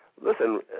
Listen